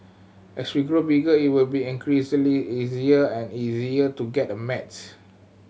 as we grow bigger it will be increasingly easier and easier to get a